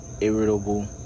irritable